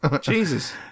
Jesus